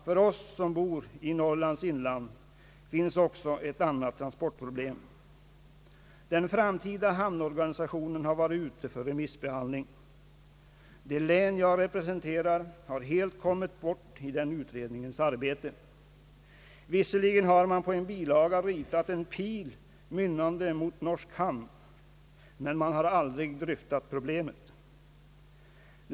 För oss som bor i Norrlands inland finns också ett annat transportproblem. Den framtida hamnorganisationen har varit ute för remissbehandling. Det län jag representerar har helt kommit bort i den utredningens arbete. Visserligen har man på en bilaga ritat en pil, pekande mot norsk hamn, men man har aldrig dryftat problemet.